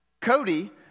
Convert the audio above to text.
Cody